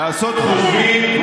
לעשות חושבים,